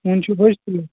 وُنہِ چھِو بٔچتھٕے